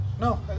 No